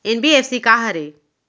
NBFC का हरे?